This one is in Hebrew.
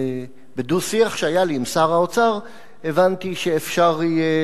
בדו-שיח שהיה לי עם שר האוצר הבנתי שאפשר יהיה